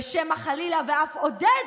ושמא חלילה אף עודד,